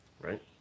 Right